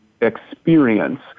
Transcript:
experience